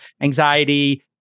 anxiety